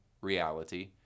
reality